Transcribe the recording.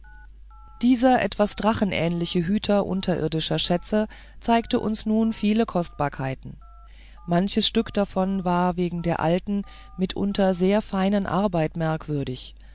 dieser etwas drachenähnliche hüter unterirdischer schätze zeigte uns nun viele kostbarkeiten manches stück davon war wegen der alten mitunter sehr feinen arbeit merkwürdig